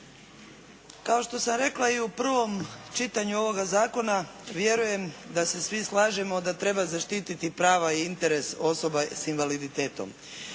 Kao što sam rekla i u prvom čitanju ovog zakona vjerujem da se svi slažemo da treba zaštiti prava i interes osoba sa invaliditetom.